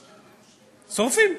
שורפים,